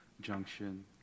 junction